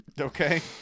okay